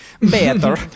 better